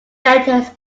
letters